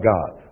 God